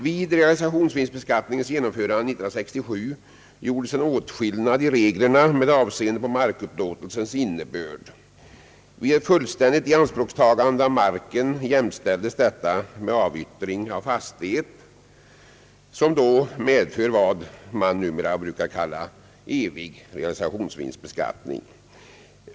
Vid realisationsvinstbeskattningens genomförande 1967 gjordes en åtskillnad i reglerna med avseende på markupplåtelsens innebörd. Vid ett fullständigt ianspråktagande av marken jämställdes detta med avyttring av fastighet, som medför vad man numera brukar kalla evig realisationsvinstbeskattning.